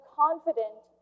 confident